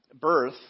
birth